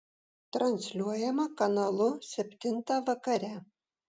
transliuojama kanalu septintą vakare